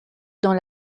dans